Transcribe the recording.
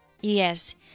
Yes